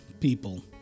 people